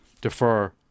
defer